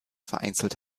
vereinzelt